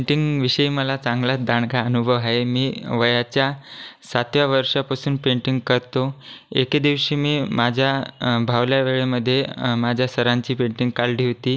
पेंटिंगविषयी मला चांगलाच दांडगा अनुभव आहे मी वयाच्या सातव्या वर्षापासून पेंटिंग करतो एके दिवशी मी माझ्या फावल्या वेळेमध्ये माझ्या सरांची पेंटिंग काढली होती